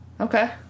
Okay